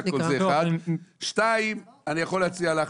אני יכול להציע לך